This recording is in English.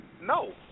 No